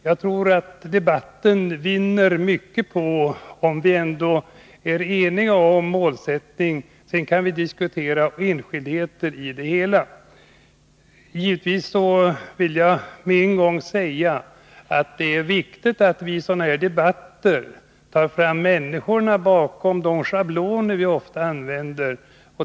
Jag tror att debatten vinner mycket på att vi kan vara eniga om målsättningen — sedan kan vi diskutera enskildheter i det hela. Jag vill också med en gång säga att det givetvis är viktigt att vi i sådana här debatter tar fram människorna bakom de schabloner vi ofta använder.